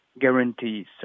guarantees